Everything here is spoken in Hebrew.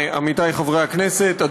עמיתיי חברי הכנסת,